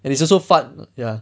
and it's also fun ya